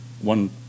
one